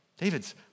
David's